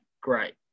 great